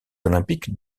olympiques